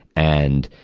and,